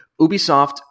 Ubisoft